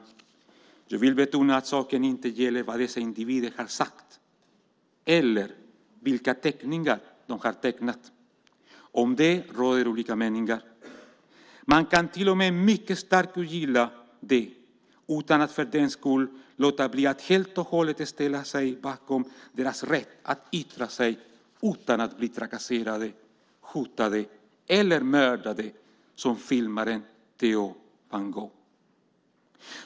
Jag vill betona att saken inte gäller vad dessa individer har sagt eller vilka teckningar de har tecknat. Om det råder det olika meningar. Man kan till och med mycket starkt ogilla det utan att för den skull helt och hållet låta bli att ställa sig bakom deras rätt att yttra sig utan att bli trakasserade, hotade eller mördade som filmaren Theo van Gogh.